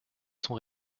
sont